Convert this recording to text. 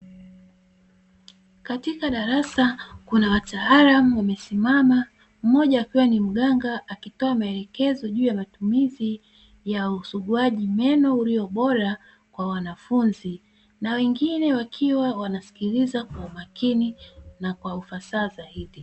Katika darasa kuna wataalamu wamesimama mmoja akiwa ni mganga akitoa maelekezo juu ya usuguaji wa meno ulio bora kwa wanafunzi. Na wengine wakiwa wanasikiliza kwa umakini na ufasaha zaidi.